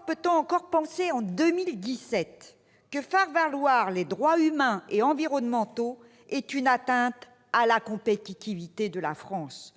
peut-on encore penser, en 2017, que faire valoir les droits humains et environnementaux est une atteinte à la compétitivité de la France ?